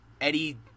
eddie